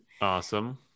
awesome